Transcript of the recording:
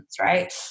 right